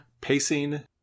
pacing